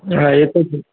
હા એ તો છે